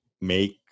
make